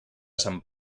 sant